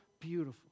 beautiful